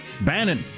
Bannon